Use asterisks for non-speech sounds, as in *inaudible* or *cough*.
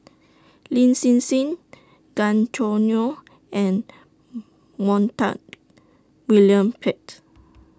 Lin Hsin Hsin Gan Choo Neo and *noise* Montague William Pett